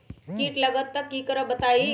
कीट लगत त क करब बताई?